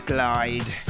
Glide